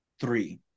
three